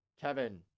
Kevin